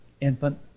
infant